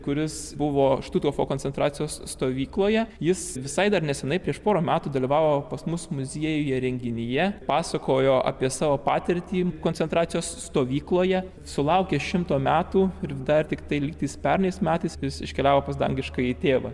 kuris buvo štuthofo koncentracijos stovykloje jis visai dar nesenai prieš porą metų dalyvavo pas mus muziejuje renginyje pasakojo apie savo patirtį koncentracijos stovykloje sulaukė šimto metų ir dar tiktai lygtais pernais metais jis iškeliavo pas dangiškąjį tėvą